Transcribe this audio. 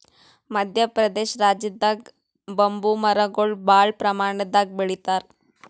ಮದ್ಯ ಪ್ರದೇಶ್ ರಾಜ್ಯದಾಗ್ ಬಂಬೂ ಮರಗೊಳ್ ಭಾಳ್ ಪ್ರಮಾಣದಾಗ್ ಬೆಳಿತಾರ್